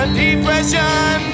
depression